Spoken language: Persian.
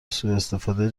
سواستفاده